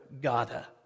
Gada